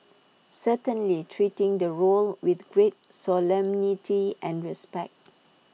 certainly treating the role with great solemnity and respect